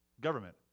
government